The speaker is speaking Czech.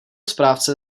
správce